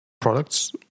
products